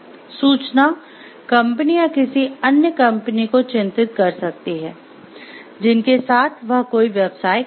सूचना कंपनी या किसी अन्य कंपनी को चिंतित कर सकती है जिनके साथ वह कोई व्यवसाय करता है